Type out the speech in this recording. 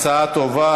התשע"ז 2017,